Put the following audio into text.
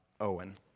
Owen